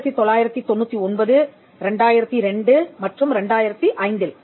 1999 2002 மற்றும் 2005இல்